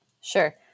Sure